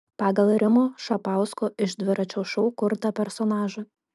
pagal rimo šapausko iš dviračio šou kurtą personažą